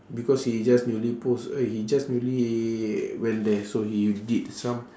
because he just newly post uh he just newly went there so he did some